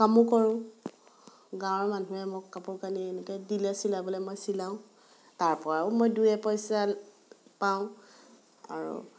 কামো কৰোঁ গাঁৱৰ মানুহে মোক কাপোৰ কানি এনেকৈ দিলে চিলাবলৈ মই চিলাওঁ তাৰপৰাও মই দুই এপইচা পাওঁ আৰু